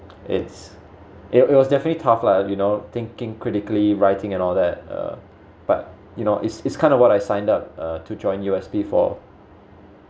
it's it it was definitely tough lah you know thinking critically writing and all that uh but you know it's it's kind of what I signed up to uh join U_S_B for